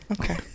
okay